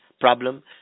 problem